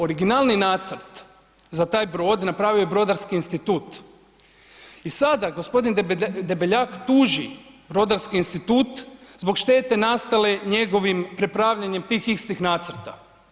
Originalni nacrt za taj brod napravio je Brodarski institut i sada gospodin Debeljak tuži Brodarski institut zbog štete nastale njegovim prepravljanjem tih istih nacrta.